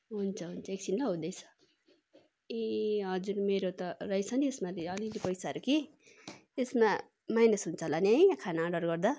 हुन्छ हुन्छ एकछिन ल हुँदैछ ए हजुर मेरो त रहेछ नि यसमा त कि अलिकति पैसाहरू कि यसमा माइनस हुन्छ होला नि है खाना अर्डर गर्दा